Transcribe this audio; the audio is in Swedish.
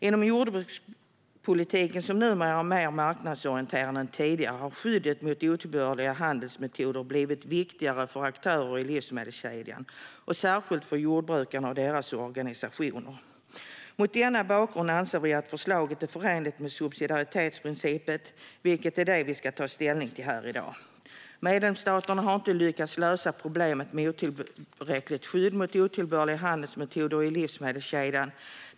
Inom jordbrukspolitiken, som numera är mer marknadsorienterad än tidigare, har skyddet mot otillbörliga handelsmetoder blivit viktigare för aktörer i livsmedelskedjan och särskilt för jordbrukarna och deras organisationer. Mot denna bakgrund anser vi att förslaget är förenligt med subsidiaritetsprincipen, vilket är vad vi ska ta ställning till här i dag. Medlemsstaterna har inte lyckats lösa problemet med otillräckligt skydd mot otillbörliga handelsmetoder i livsmedelskedjan.